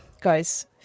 guys